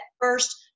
first